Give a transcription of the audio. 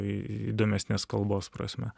įdomesnės kalbos prasme